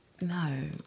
No